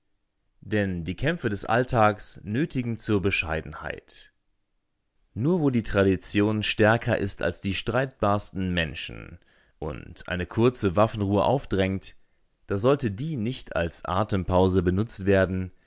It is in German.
denn die kämpfe des alltags nötigen zur bescheidenheit nur wo die tradition stärker ist als die streitbarsten menschen und eine kurze waffenruhe aufdrängt da sollte die nicht als atempause benutzt werden